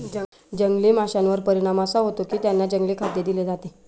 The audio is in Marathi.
जंगली माशांवर परिणाम असा होतो की त्यांना जंगली खाद्य दिले जाते